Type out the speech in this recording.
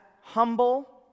humble